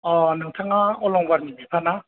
नोंथाङा अलंबारनि बिफा ना